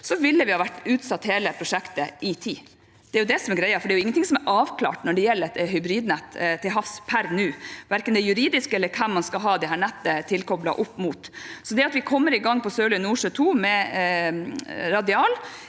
II, ville vi ha utsatt hele prosjektet i tid. Det er det som er greia, for det er jo ingenting som er avklart når det gjelder hybridnett til havs per nå, verken det juridiske eller hvem man skal ha dette nettet tilkoblet opp mot. Så det at vi kommer i gang på Sørlige Nordsjø II med radial,